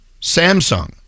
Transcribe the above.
Samsung